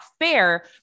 fair